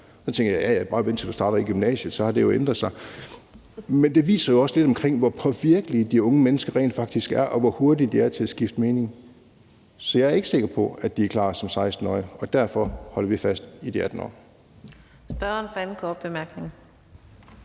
Så tænkte jeg: Ja ja, bare vent, til du starter i gymnasiet – så har det jo ændret sig. Det viser jo lidt om, hvor påvirkelige de unge mennesker rent faktisk er, og hvor hurtige de er til at skifte mening. Så jeg er ikke sikker på, at de er klar som 16-årige, og derfor holder vi fast i, at de skal være 18 år.